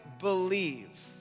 believe